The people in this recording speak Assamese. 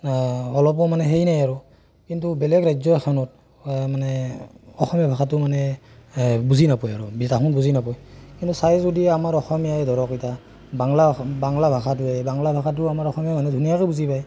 অলপো মানে সেই নাই আৰু কিন্তু বেলেগ ৰাজ্য এখনত মানে অসমীয়াআ ভাষাটো মানে বুজি নাপায় আৰু বিৰাখন বুজি নাপায় কিন্তু চাই যদি আমাৰ অসমীয়াই ধৰক এতিয়া বাংলা বাংলা ভাষাটোৱে এই বাংলা ভাষাটো আমাৰ অসমীয়া মানুহে ধুনীয়াকৈ বুজি পায়